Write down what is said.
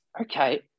okay